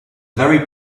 very